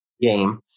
game